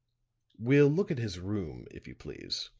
we'll look at his room, if you please,